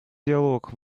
диалог